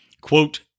Quote